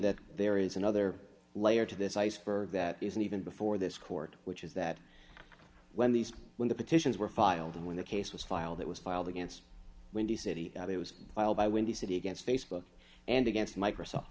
that there is another layer to this iceberg that isn't even before this court which is that when these when the petitions were filed and when the case was filed that was filed against windy city it was filed by windy city against facebook and against microsoft